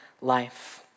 life